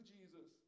Jesus